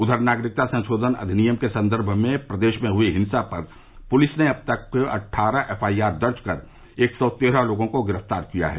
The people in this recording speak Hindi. उधर नागरिकता संशोधन अधिनियम के संदर्भ में प्रदेश में हुई हिंसा पर पुलिस ने अब तक अट्ठारह एफ आई आर दर्ज कर एक सौ तेरह लोगों को गिरफ्तार किया है